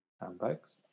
handbags